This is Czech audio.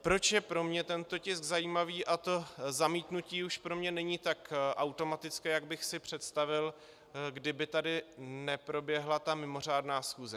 Proč je pro mě tento tisk zajímavý a to zamítnutí už pro mě není tak automatické, jak bych si představil, kdyby tady neproběhla ta mimořádná schůze?